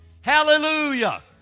hallelujah